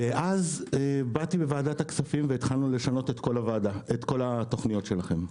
ואז באתי לוועדת הכספים והתחלנו לשנות את כל התוכניות שלכם.